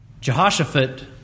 Jehoshaphat